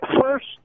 first